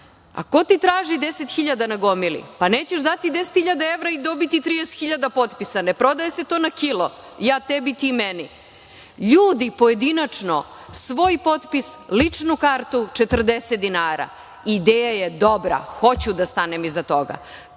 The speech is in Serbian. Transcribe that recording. Ko ti traži 10.000 na gomili? Nećeš dati 10.000 evra i dobiti 30.000 potpisa. Ne prodaje se to na kilo, ja tebi, ti meni. Ljudi pojedinačno, svoj potpis, ličnu kartu, 40 dinara. Ideja je dobra i hoću da stanem iza toga. To